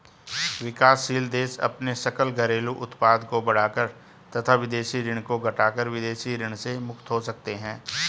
विकासशील देश अपने सकल घरेलू उत्पाद को बढ़ाकर तथा विदेशी ऋण को घटाकर विदेशी ऋण से मुक्त हो सकते हैं